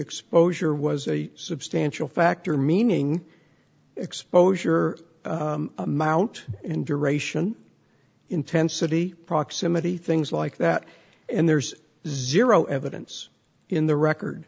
exposure was a substantial factor meaning exposure amount and duration intensity proximity things like that and there's zero evidence in the record